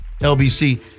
LBC